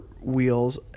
wheels